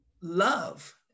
love